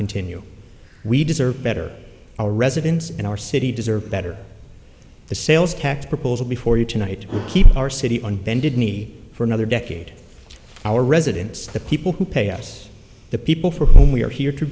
continue we deserve better our residents and our city deserve better the sales tax proposal before you tonight keep our city on bended knee for another decade our residents the people who pay us the people for whom we are here to